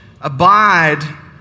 abide